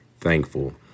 thankful